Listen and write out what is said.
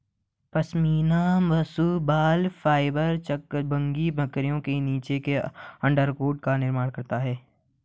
पश्मीना पशु बाल फाइबर चांगथांगी बकरी के नीचे के अंडरकोट का निर्माण करता है